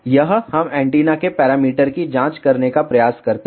यह हम एंटीना के पैरामीटर की जांच करने का प्रयास करते हैं